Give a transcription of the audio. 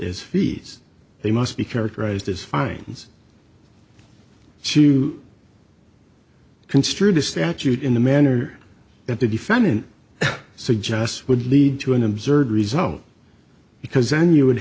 as fees they must be characterized as fines to construe the statute in the manner that the defendant suggests would lead to an absurd result because then you would